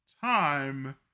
time